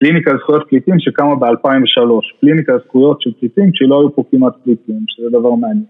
פליניקה זכויות פליטים שקמה ב-2003 פליניקה זכויות של פליטים שלא היו פה כמעט פליטים, שזה דבר מעניין